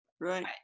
right